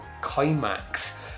climax